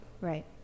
right